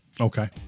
Okay